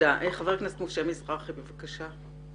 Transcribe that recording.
חבר הכנסת משה מזרחי בבקשה.